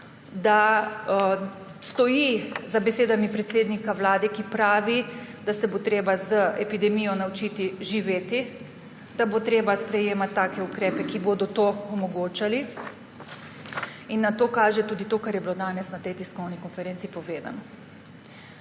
da stoji za besedami predsednika Vlade, ki pravi, da se bo treba z epidemijo naučiti živeti, da bo treba sprejemati take ukrepe, da bodo to omogočali, in na to kaže tudi to, kar je bilo danes na tej tiskovni konferenci povedano.